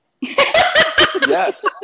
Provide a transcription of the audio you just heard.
Yes